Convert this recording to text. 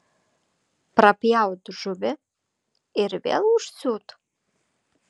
prapjaut žuvį ir vėl užsiūt